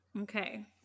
Okay